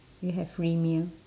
you have free meal